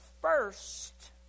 first